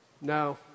No